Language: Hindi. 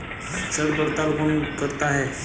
फसल पड़ताल कौन करता है?